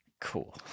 Cool